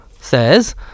Says